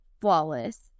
flawless